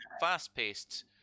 fast-paced